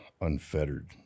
unfettered